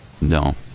No